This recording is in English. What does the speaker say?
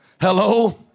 Hello